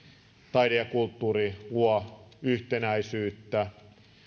taide ja kulttuuri luo yhtenäisyyttä